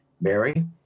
Mary